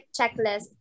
checklist